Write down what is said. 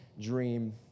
dream